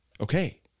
okay